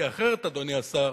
כי אחרת, אדוני השר,